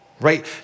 right